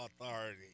authority